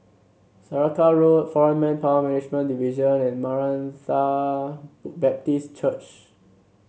Saraca Road Foreign Manpower Management Division and Maranatha Baptist Church